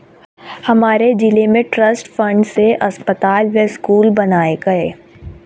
हमारे जिले में ट्रस्ट फंड से अस्पताल व स्कूल बनाए गए